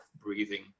breathing